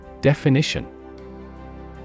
Definition